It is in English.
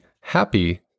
happy